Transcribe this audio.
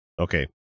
Okay